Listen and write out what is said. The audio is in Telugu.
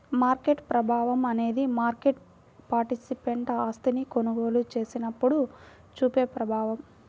మార్కెట్ ప్రభావం అనేది మార్కెట్ పార్టిసిపెంట్ ఆస్తిని కొనుగోలు చేసినప్పుడు చూపే ప్రభావం